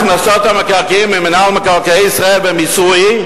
הכנסות המקרקעין ממינהל מקרקעי ישראל במיסוי,